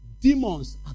Demons